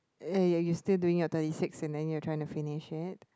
ya ya you're still doing your thirty six and then you're trying to finish it